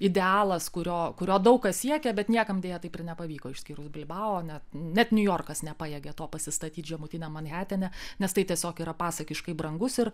idealas kurio kurio daug kas siekia bet niekam deja taip ir nepavyko išskyrus bilbao net net niujorkas nepajėgė to pasistatyt žemutiniam manhetene nes tai tiesiog yra pasakiškai brangus ir